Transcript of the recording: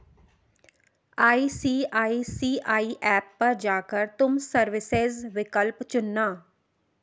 ICICI app पर जा कर तुम सर्विसेस विकल्प चुनना